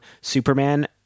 Superman